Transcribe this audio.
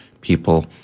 people